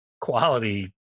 quality